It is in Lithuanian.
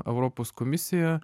europos komisiją